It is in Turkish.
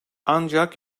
ancak